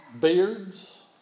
beards